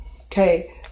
okay